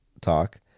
talk